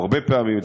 הרבה פעמים,